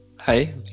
Hi